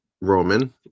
Roman